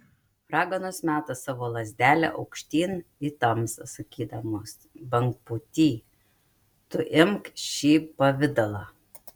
raganos meta savo lazdelę aukštyn į tamsą sakydamos bangpūty tu imk šį pavidalą